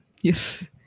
Yes